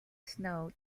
snow